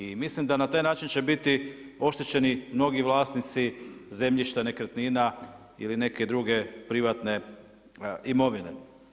I mislim da na taj način će biti oštećeni mnogi vlasnici zemljišta, nekretnina ili neke druge privatne imovine.